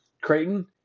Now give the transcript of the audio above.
Creighton